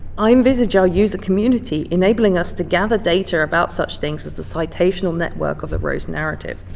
i envisage our user community enabling us to gather data about such things as the citational network of the rose narrative.